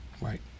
Right